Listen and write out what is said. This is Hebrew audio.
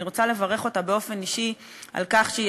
אני רוצה לברך אותה באופן אישי על כך שהיא